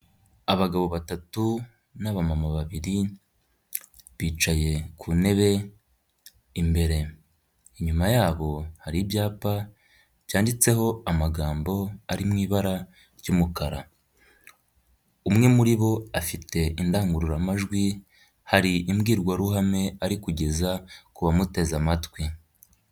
Abagabo batatu n'abamama babiri bicaye ku ntebe imbere, inyuma yabo hari ibyapa cyanditseho amagambo ari mu ibara ry'umukara, umwe muri bo afite indangururamajwi hari imbwirwaruhame ari kugeza ku bamuteze amatwi.